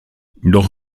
doch